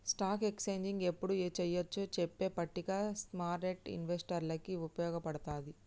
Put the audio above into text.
stock exchange యెప్పుడు చెయ్యొచ్చో చెప్పే పట్టిక స్మార్కెట్టు ఇన్వెస్టర్లకి వుపయోగపడతది